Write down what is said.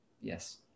Yes